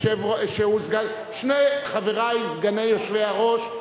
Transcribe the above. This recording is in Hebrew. סגני היושב-ראש,